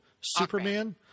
Superman